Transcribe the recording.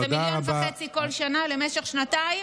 זה מיליון וחצי כל שנה למשך שנתיים.